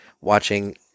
watching